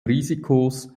risikos